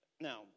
Now